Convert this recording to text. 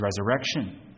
resurrection